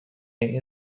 این